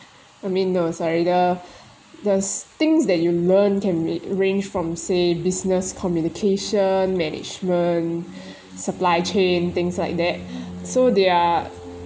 I mean those are either there's things that you learn can ra~ range from say business communication management supply chain things like that so they are